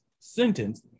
sentence